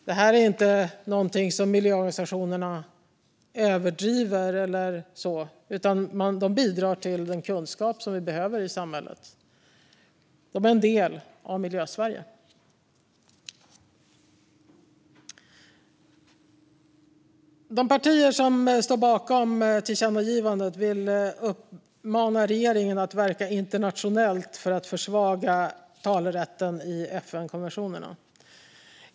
Det här är inte någonting som miljöorganisationerna överdriver eller så, utan de bidrar till den kunskap som vi behöver i samhället - och de är en del av Miljösverige. De partier som står bakom det föreslagna tillkännagivandet vill uppmana regeringen att verka internationellt för att försvaga talerätten i FN-konventionerna.